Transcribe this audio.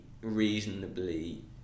reasonably